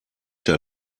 der